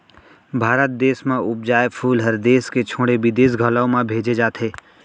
भारत देस म उपजाए फूल हर देस के छोड़े बिदेस घलौ म भेजे जाथे